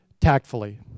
tactfully